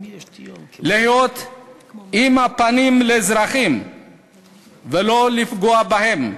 להיות עם הפנים לאזרחים ולא לפגוע בהם